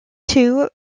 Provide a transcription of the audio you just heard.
two